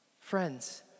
Friends